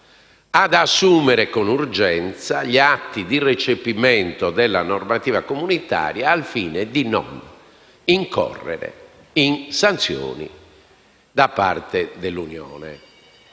ad assumere con urgenza gli atti di recepimento della normativa comunitaria, al fine di non incorrere in sanzioni da parte dell'Unione